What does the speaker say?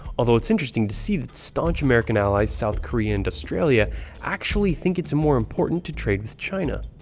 although it's interesting to see that staunch american allies south korea and australia actually think it's more important to trade with china.